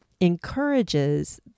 encourages